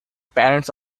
parents